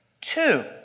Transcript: Two